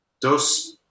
Dos